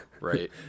right